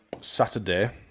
Saturday